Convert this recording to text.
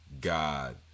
god